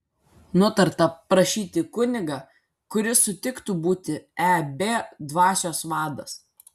nutarta prašyti kunigą kuris sutiktų būti eb dvasios vadas